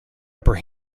upper